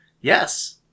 Yes